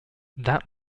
that